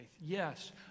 Yes